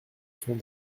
sont